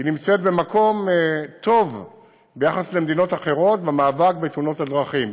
נמצאת במקום טוב ביחס למדינות אחרות במאבק בתאונות הדרכים,